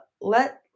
let